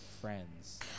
Friends